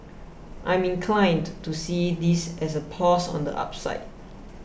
I'm inclined to see this as a pause on the upside